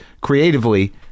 creatively